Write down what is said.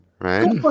right